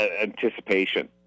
anticipation